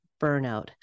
burnout